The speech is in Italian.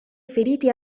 feriti